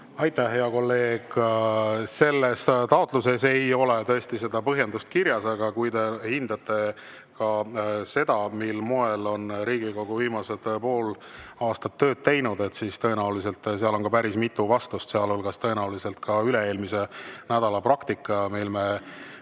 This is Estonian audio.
Aitäh, hea kolleeg! Selles taotluses ei ole tõesti põhjendust kirjas. Aga kui te hindate seda, mil moel on Riigikogu viimased pool aastat tööd teinud, siis tõenäoliselt on seal päris mitu vastust. Sealhulgas ka üle-eelmise nädala praktika. Siis me